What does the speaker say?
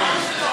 חברים.